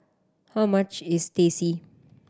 how much is Teh C